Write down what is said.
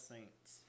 Saints